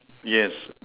yes